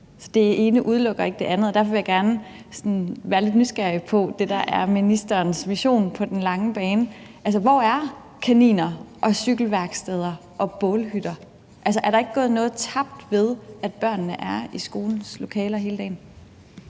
Det ene udelukker ikke det andet. Derfor vil jeg gerne være sådan lidt nysgerrig på, hvad der er ministerens vision på den lange bane. Altså, hvor er kaniner og cykelværksteder og bålhytter? Er der ikke gået noget tabt ved, at børnene er i skolens lokaler hele dagen?